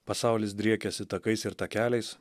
pasaulis driekiasi takais ir takeliais